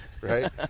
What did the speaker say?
right